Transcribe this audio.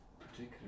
particular